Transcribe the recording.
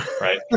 right